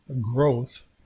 growth